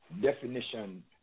definition